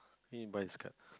he need buy his card